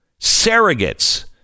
surrogates